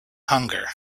hunger